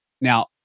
Now